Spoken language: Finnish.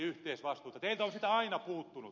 teiltä on sitä aina puuttunut